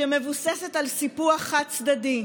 שמבוססת על סיפוח חד-צדדי,